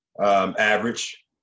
average